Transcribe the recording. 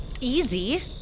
easy